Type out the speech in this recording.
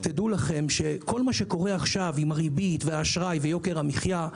כל מה שקורה כעת עם הריבית והאשראי ויוקר המחיה,